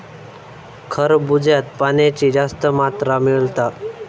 खरबूज्यात पाण्याची जास्त मात्रा मिळता